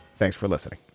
thanks for listening